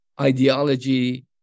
ideology